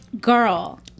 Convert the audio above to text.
Girl